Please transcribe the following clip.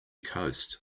coast